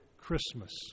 Christmas